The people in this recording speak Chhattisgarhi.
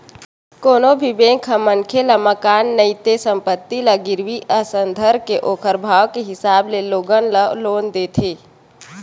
कोनो भी बेंक ह मनखे ल मकान नइते संपत्ति ल गिरवी असन धरके ओखर भाव के हिसाब ले लोगन ल लोन देथे